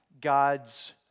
God's